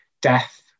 death